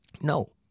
No